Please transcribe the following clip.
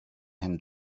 him